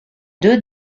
deux